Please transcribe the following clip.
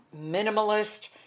minimalist